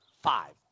five